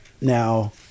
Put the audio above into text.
now